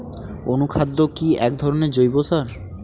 অনুখাদ্য কি এক ধরনের জৈব সার?